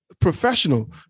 professional